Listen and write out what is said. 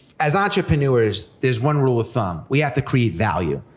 as entrepreneurs, there's one rule of thumb. we have to create value.